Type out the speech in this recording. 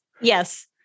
Yes